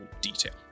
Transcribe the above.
detail